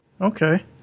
Okay